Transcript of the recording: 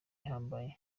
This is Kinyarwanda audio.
ihambaye